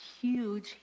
huge